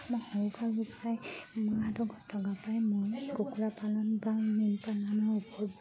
মই সৰু পৰা গোটেই মাহঁতৰ ঘৰত থকা পৰাই মই কুকুৰা পালন বা মীন পালনৰ ওপৰত